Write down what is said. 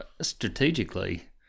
strategically